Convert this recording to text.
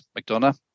McDonough